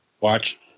watch